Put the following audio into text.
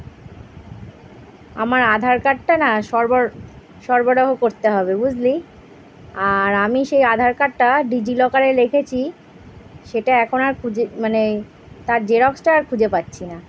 আমার আধার কার্ডটা না সরবর সরবরাহ করতে হবে বুঝলি আর আমি সেই আধার কার্ডটা ডি জি লকারে লেখেছি সেটা এখন আর খুঁজে মানে তার জেরক্সটা আর খুঁজে পাচ্ছি না